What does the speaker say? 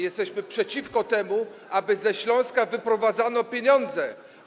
Jesteśmy przeciwko temu, aby ze Śląska wyprowadzano pieniądze.